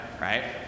right